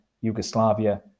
Yugoslavia